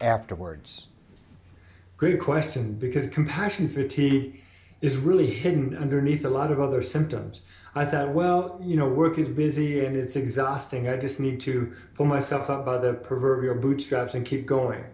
afterwards group question because compassion fatigue is really hidden underneath a lot of other symptoms i thought well you know work is busy and it's exhausting i just need to pull myself out of the proverbial bootstraps and keep going